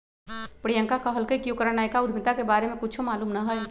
प्रियंका कहलकई कि ओकरा नयका उधमिता के बारे में कुछो मालूम न हई